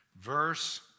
Verse